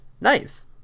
Nice